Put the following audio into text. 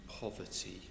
Poverty